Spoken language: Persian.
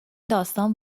داستان